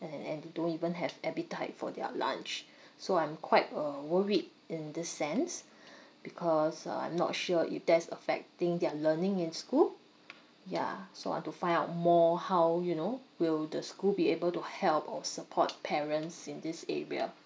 and and and they don't even have appetite for their lunch so I'm quite uh worried in this sense because uh I'm not sure if that's affecting their learning in school yeah so I want to find out more how you know will the school be able to help or support parents in this area